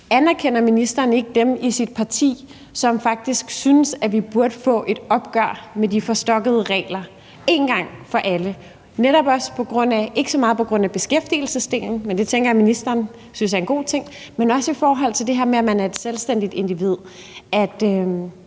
Anerkender ministeren ikke dem i sit parti, som faktisk synes, at vi burde få et opgør med de forstokkede regler en gang for alle? Det er ikke så meget på grund af beskæftigelsesdelen, men det tænker jeg ministeren synes er en god ting, men også i forhold til det her med, at man er et selvstændigt individ, og